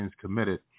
committed